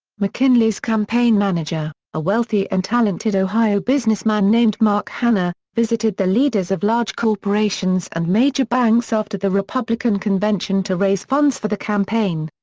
mckinley's campaign manager, a wealthy and talented ohio businessman named mark hanna, visited the leaders of large corporations and major banks after the republican convention to raise funds for the campaign.